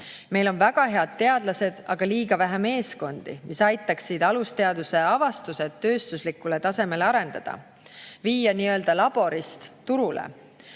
Meil on väga head teadlased, aga liiga vähe meeskondi, mis aitaksid alusteaduse avastused tööstuslikule tasemele arendada, viia nii-öelda laborist turule.